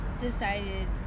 decided